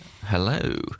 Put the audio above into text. Hello